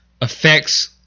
affects